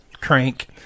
crank